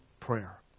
prayer